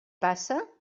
passa